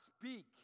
speak